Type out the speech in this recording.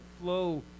flow